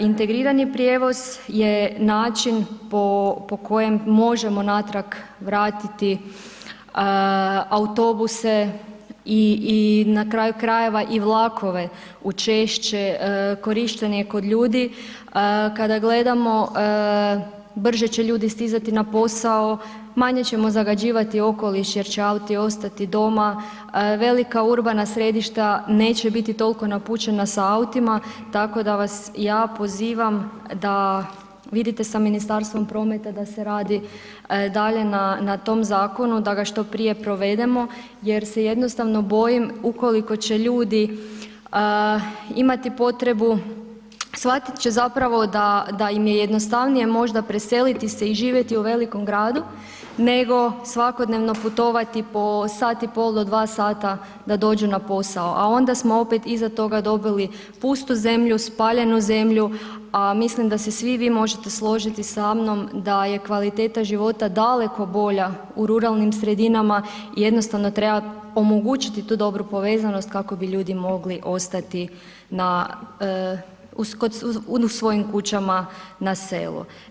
Integrirani prijevoz je način po kojem možemo natrag vratiti autobuse i na kraju krajeva i vlakova u češće korištenje kod ljudi, kada gledamo brže će ljudi stizati na posao, manje ćemo zagađivati okoliš jer će auti ostati doma, velika urbana središta neće biti toliko napućena sa autima, tako da vas ja pozivam da vidite sa Ministarstvom prometa da se radi dalje na tom zakonu da ga što prije provedemo jer se jednostavno boljim ukoliko će ljudi imati potrebu, shvatit će zapravo da im je jednostavnije možda preseliti se i živjeti u velikom gradu nego svakodnevno putovati po 1,5 do 2 sata da dođu na posao, a onda smo opet iza toga dobili pustu zemlju, spaljenu zemlju, a mislim da se svi vi možete složiti sa mnom da je kvaliteta života daleko bolja u ruralnim sredinama, jednostavno treba omogućiti tu dobru povezanost kako bi ljudi mogli ostati u svojim kućama na selu.